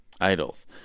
idols